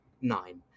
nine